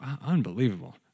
Unbelievable